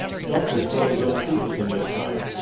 the doctor had brought his own flute with him this time.